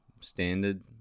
standard